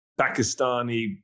Pakistani